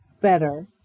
better